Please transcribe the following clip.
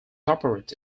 operates